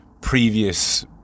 previous